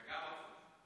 וגם אותי.